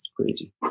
Crazy